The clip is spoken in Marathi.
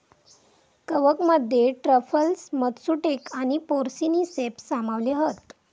कवकमध्ये ट्रफल्स, मत्सुटेक आणि पोर्सिनी सेप्स सामावले हत